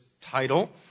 title